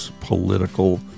political